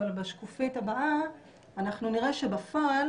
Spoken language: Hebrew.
אבל בשקופית הבאה אנחנו נראה שבפועל